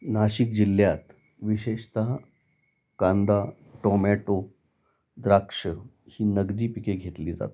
नाशिक जिल्ह्यात विशेषतः कांदा टोमॅटो द्राक्षं ही नगदी पिके घेतली जातात